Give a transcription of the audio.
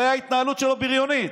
הרי ההתנהלות שלו בריונית.